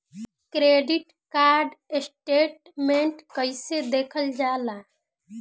Credit card statement कइसे देखल जाला?